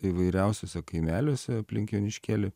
įvairiausiuose kaimeliuose aplink joniškėlį